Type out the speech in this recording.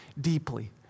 deeply